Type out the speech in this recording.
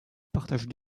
partage